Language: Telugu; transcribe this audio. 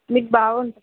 మీకు